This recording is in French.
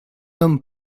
homme